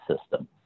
system